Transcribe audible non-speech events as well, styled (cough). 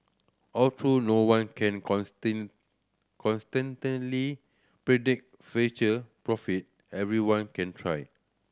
although no one can (unintelligible) consistently predict future profit everyone can try